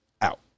out